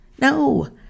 No